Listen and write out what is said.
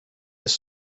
this